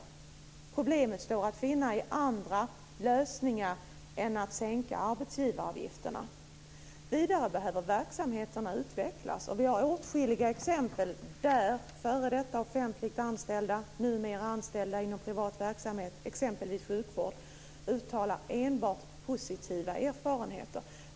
Vägen ur problemet står att finna i andra lösningar än att sänka arbetsgivaravgifterna. Vidare behöver verksamheterna utvecklas. Vi har åtskilliga exempel där före detta offentligt anställda, numera anställda inom privat verksamhet, exempelvis sjukvård, uttalar enbart positiva erfarenheter.